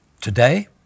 today